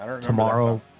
Tomorrow